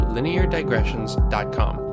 LinearDigressions.com